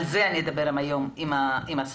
על זה אני אדבר היום עם השר.